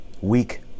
weak